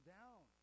down